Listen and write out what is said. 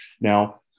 Now